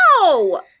No